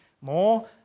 more